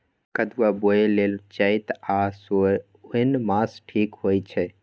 कदुआ बोए लेल चइत आ साओन मास ठीक होई छइ